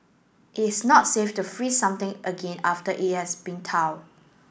is not safe to freeze something again after it has been thaw